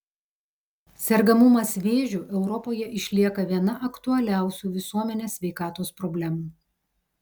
sergamumas vėžiu europoje išlieka viena aktualiausių visuomenės sveikatos problemų